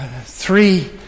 three